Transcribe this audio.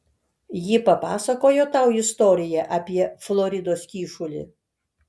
ji papasakojo tau istoriją apie floridos kyšulį